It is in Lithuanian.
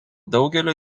daugelio